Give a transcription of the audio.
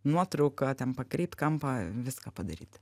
nuotrauką ten pakreipt kampą viską padaryti